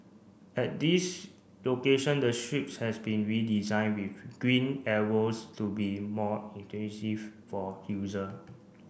at these location the strips has been redesigned with green arrows to be more for user